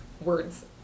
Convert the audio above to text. words